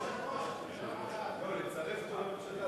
אדוני היושב-ראש, לא, נצרף אותו לממשלה.